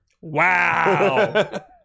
wow